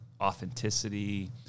authenticity